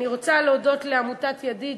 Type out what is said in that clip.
אני רוצה להודות לעמותת "ידיד",